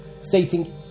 stating